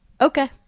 Okay